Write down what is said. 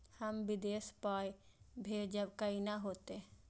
हम विदेश पाय भेजब कैना होते?